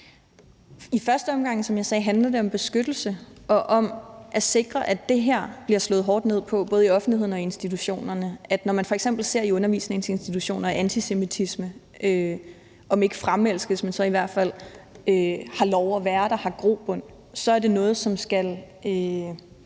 I første omgang, som jeg sagde, handler det om beskyttelse og om at sikre, at der bliver slået hårdt ned på det her, både i offentligheden og i institutionerne. Når man f.eks. ser på undervisningsinstitutioner, at antisemitisme om ikke fremelskes, men så i hvert har lov at være der, har grobund, så er det noget, som skal